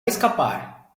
escapar